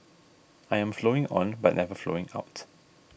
I am flowing on but never flowing out